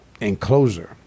enclosure